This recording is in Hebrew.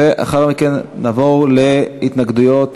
ולאחר מכן נעבור להתנגדויות